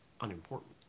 unimportant